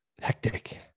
hectic